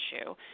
issue